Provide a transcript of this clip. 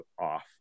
off